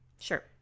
Sure